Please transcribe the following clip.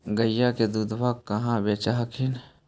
गईया के दूधबा कहा बेच हखिन?